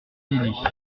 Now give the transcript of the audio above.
billy